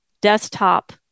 desktop